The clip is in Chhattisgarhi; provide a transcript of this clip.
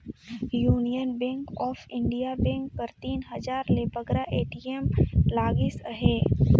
union Bank of India bank कर तीन हजार ले बगरा ए.टी.एम लगिस अहे